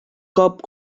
cop